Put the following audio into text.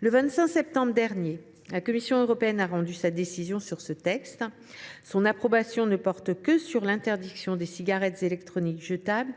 Le 25 septembre dernier, la Commission européenne a rendu sa décision sur ce texte. Son approbation ne porte que sur l’interdiction des cigarettes électroniques jetables